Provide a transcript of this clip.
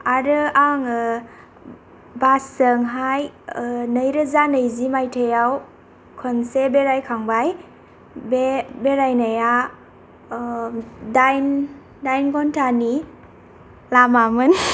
आरो आङो बासजोंहाय नै रोजा नैजि मायथाइयाव खनसे बेरायखांबाय बे बेरायनाया दाइन घन्टानि लामामोन